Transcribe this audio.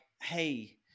hey